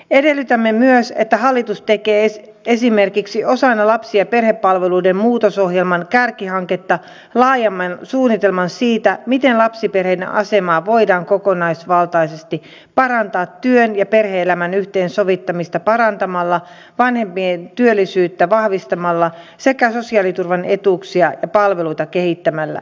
edellytämme myös että hallitus tekee esimerkiksi osana lapsi ja perhepalveluiden muutosohjelman kärkihanketta laajemman suunnitelman siitä miten lapsiperheiden asemaa voidaan kokonaisvaltaisesti parantaa työn ja perhe elämän yhteensovittamista parantamalla vanhempien työllisyyttä vahvistamalla sekä sosiaaliturvan etuuksia ja palveluita kehittämällä